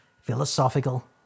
philosophical